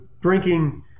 drinking